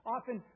Often